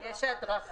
אומרת